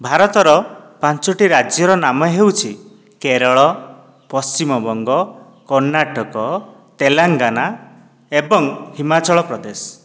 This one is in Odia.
ଭାରତର ପାଞ୍ଚଟି ରାଜ୍ୟର ନାମ ହେଉଛି କେରଳ ପଶ୍ଚିମବଙ୍ଗ କର୍ଣ୍ଣାଟକ ତେଲେଙ୍ଗାନା ଏବଂ ହିମାଚଳ ପ୍ରଦେଶ